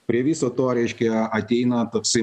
prie viso to reiškia ateina toksai